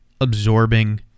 absorbing